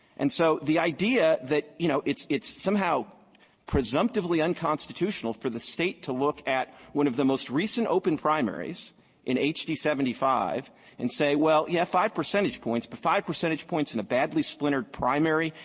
and so the idea that, you know, it's it's somehow presumptively unconstitutional for the state to look at one of the most recent open primaries in h d seven five and say, well, yeah, five percentage points, but five percentage points in a badly splintered primary,